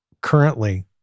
currently